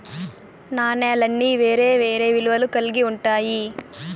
నాణాలన్నీ వేరే వేరే విలువలు కల్గి ఉంటాయి